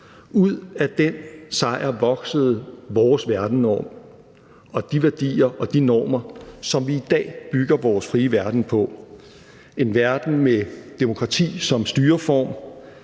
Ud af den sejr voksede vores verdensnorm og de værdier og de normer, som vi i dag bygger vores frie verden på – en verden med demokrati som styreform,